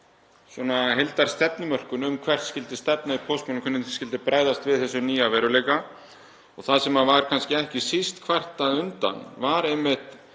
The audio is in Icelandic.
heildarstefnumörkun um hvert skyldi stefna í póstmálum og hvernig skyldi bregðast við þessum nýja veruleika. Það sem var kannski ekki síst kvartað undan var einmitt